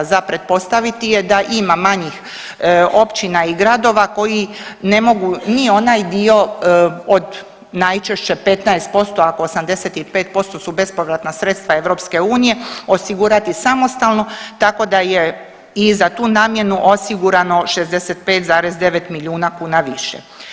Za pretpostaviti je da ima manjih općina i gradova koji ne mogu ni onaj dio od najčešće 15% ako 85% su bespovratna sredstva Europske unije osigurati samostalno, tako da je i za tu namjenu osigurano 65,9 milijuna kuna više.